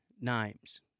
names